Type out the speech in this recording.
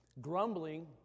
Grumbling